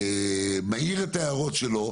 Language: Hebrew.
מעיר את ההערות שלו,